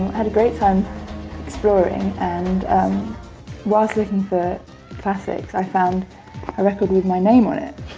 had a great time exploring and whilst looking for classics, i found a record with my name on it,